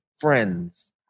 friends